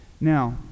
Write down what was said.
Now